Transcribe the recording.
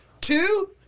two